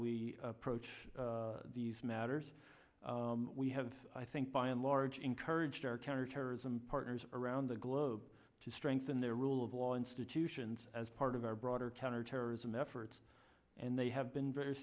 we approach these matters we have i think by and large encouraged our counterterrorism partners around the globe to strengthen their rule of law institutions as part of our broader counterterrorism efforts and they have been very